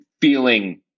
feeling